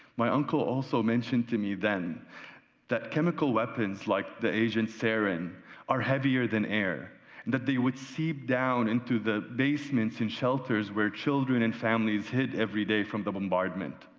my uncle also mentioned to me then that chemical weapons like the asian syran are heavier than air, and that they would seep down into the basements and shelters where children and families hid every day from the bombardment.